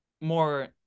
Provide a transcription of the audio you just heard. more